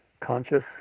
conscious